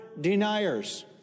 deniers